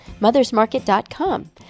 mothersmarket.com